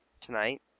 tonight